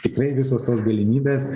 tikrai visos tos galimybės